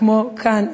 כמו כאן,